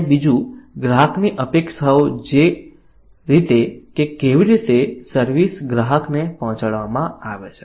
અને બીજું ગ્રાહકની અપેક્ષાઓ કે જે રીતે કે કેવી રીતે સર્વિસ ગ્રાહકને પહોંચાડવામાં આવે છે